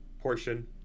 portion